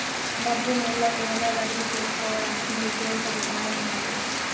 డబ్బును ఎల్లవేళలా బదిలీ చేసుకోవడానికి యూ.పీ.ఐ సదుపాయం ఉన్నది